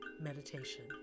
meditation